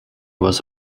was